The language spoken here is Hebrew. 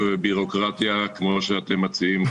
בירוקרטיה כמו שאתם מציעים,